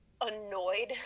annoyed